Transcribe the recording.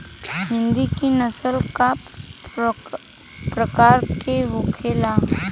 हिंदी की नस्ल का प्रकार के होखे ला?